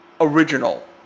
original